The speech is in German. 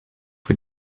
für